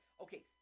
Okay